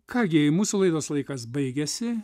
ką gi mūsų laidos laikas baigėsi